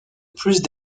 plus